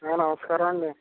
నమస్కారమండి